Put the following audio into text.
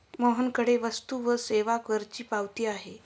मोहनकडे वस्तू व सेवा करची पावती आहे